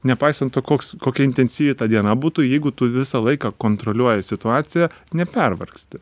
nepaisant to koks kokia intensyvi ta diena būtų jeigu tu visą laiką kontroliuoji situaciją nepervargsti